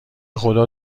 خدا